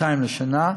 200 לשנה.